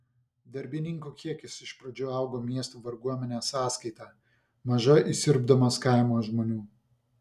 darbininkų kiekis iš pradžių augo miestų varguomenės sąskaita maža įsiurbdamas kaimo žmonių